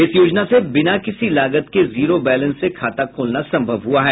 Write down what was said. इस योजना से बिना किसी लागत के जीरो बैलेन्स से खाता खोलना संभव हुआ है